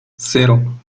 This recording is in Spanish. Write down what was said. cero